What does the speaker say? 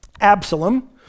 Absalom